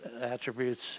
attributes